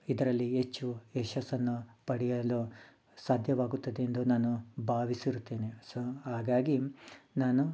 ಇದರಲ್ಲಿ ಹೆಚ್ಚು ಯಶಸ್ಸನ್ನು ಪಡೆಯಲು ಸಾಧ್ಯವಾಗುತ್ತದೆ ಎಂದು ನಾನು ಭಾವಿಸಿರುತ್ತೇನೆ ಸೊ ಹಾಗಾಗಿ ನಾನು